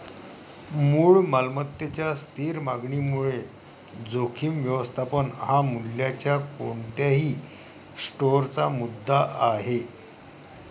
मूळ मालमत्तेच्या स्थिर मागणीमुळे जोखीम व्यवस्थापन हा मूल्याच्या कोणत्याही स्टोअरचा मुद्दा आहे